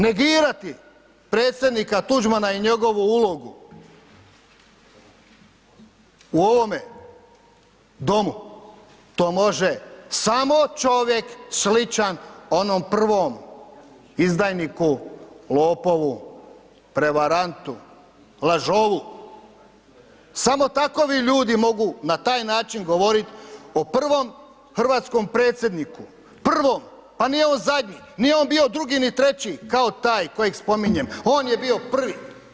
Negirati predsjednika Tuđmana i njegovu ulogu u ovome domu to može samo čovjek sličan onom prvom izdajniku, lopovu, prevarantu, lažovu, samo takovi ljudi mogu na taj način govorit o prvom hrvatskom predsjedniku, prvom, pa nije on zadnji, pa nije on bio drugi i treći kao taj kojeg spominjem, on je bio prvi.